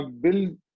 build